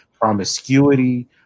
promiscuity